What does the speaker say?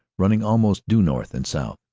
running almost due north and south.